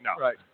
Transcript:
Right